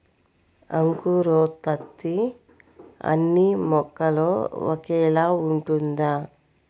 అంకురోత్పత్తి అన్నీ మొక్కలో ఒకేలా ఉంటుందా?